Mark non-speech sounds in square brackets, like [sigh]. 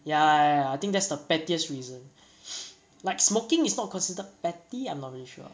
ya ya ya I think that's the pettiest reason [noise] like smoking is not considered petty I'm not really sure